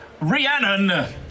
Rhiannon